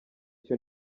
cyo